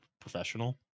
Professional